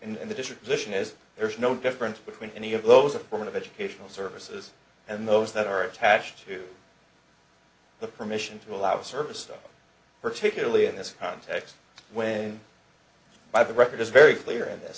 and the district's mission is there is no difference between any of those affirmative educational services and those that are attached to the permission to allow service though particularly in this context when by the record is very clear in th